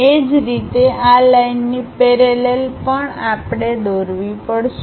એ જ રીતે આ લાઇનની પેરેલલ આપણે આ દોરવી પડશે